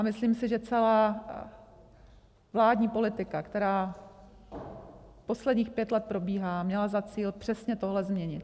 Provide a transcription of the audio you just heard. Myslím si, že celá vládní politika, která posledních pět let probíhá, měla za cíl přesně tohle změnit.